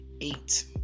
eight